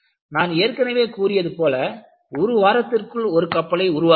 நான் ஏற்கனவே கூறியது போல ஒரு வாரத்திற்குள் ஒரு கப்பலை உருவாக்கினார்கள்